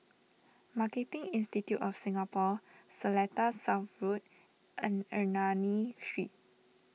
Marketing Institute of Singapore Seletar South Road and Ernani Street